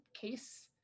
case